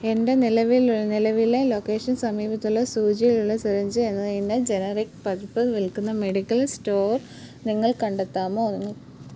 എന്റെ നിലവിലെ ലൊക്കേഷൻ സമീപത്തുള്ള സൂചിയുള്ള സിറിഞ്ച് എന്നതിന്റെ ജെനറിക് പതിപ്പ് വിൽക്കുന്ന മെഡിക്കൽ സ്റ്റോർ നിങ്ങൾ കണ്ടെത്താമോ